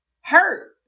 hurt